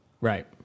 Right